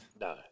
No